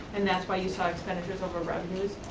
and that's why you saw expenditures over revenues.